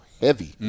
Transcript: heavy